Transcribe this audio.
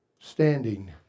standing